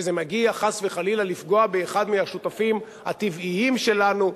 כשזה מגיע חס וחלילה לפגוע באחד מהשותפים הטבעיים שלנו,